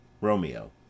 Romeo